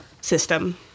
system